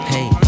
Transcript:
Hey